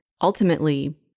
Ultimately